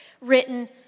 written